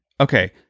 Okay